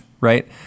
right